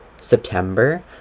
September